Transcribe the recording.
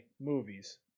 movies